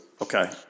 Okay